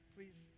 Please